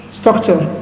structure